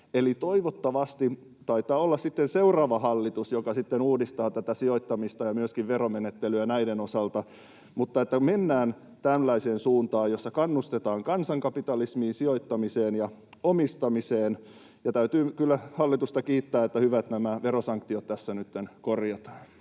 Eli toivottavasti — taitaa olla sitten seuraava hallitus, joka uudistaa sijoittamista ja myöskin veromenettelyä näiden osalta — mennään tällaiseen suuntaan, jossa kannustetaan kansankapitalismiin, sijoittamiseen ja omistamiseen. Ja täytyy kyllä hallitusta kiittää, että hyvä, että nämä verosanktiot tässä nytten korjataan.